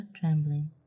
trembling